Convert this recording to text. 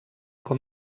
com